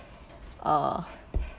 oh